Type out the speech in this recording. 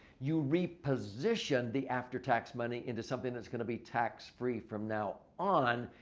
you reposition the after-tax money into something that's going to be tax-free from now on.